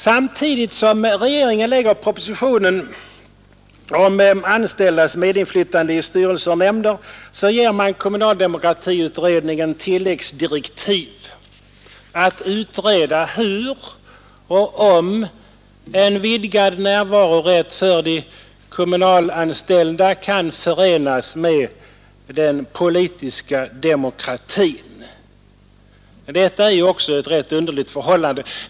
Samtidigt som regeringen lägger fram propositionen om anställdas medinflytande i styrelser och nämnder ger den kommunaldemokratiutredningen tilläggsdirektiv att utreda hur och om en vidgad närvarorätt för de kommunalanställda kan förenas med den politiska demokratin. Detta är ju också ett rätt underligt förhållande.